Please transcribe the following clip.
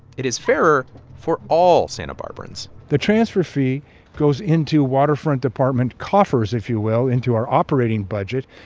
it is fairer for all santa barbarans the transfer fee goes into waterfront department coffers, if you will into our operating budget.